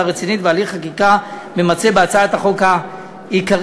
רצינית והליך חקיקה ממצה בהצעת החוק העיקרית.